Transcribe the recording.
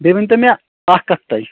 بیٚیہِ وۄنۍ تو مےٚ اَکھ کَتھ تُہی